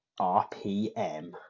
RPM